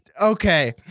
Okay